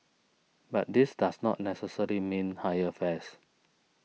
but this does not necessarily mean higher fares